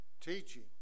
teaching